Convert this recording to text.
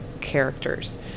characters